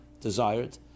desired